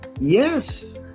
yes